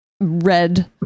red